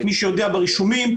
זה ברישומים,